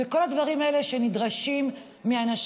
וכל הדברים האלה שנדרשים מאנשים,